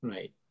Right